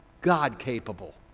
God-capable